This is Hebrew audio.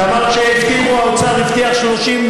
את אמרת שהאוצר הבטיח 30,